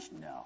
No